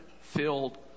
filled